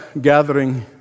gathering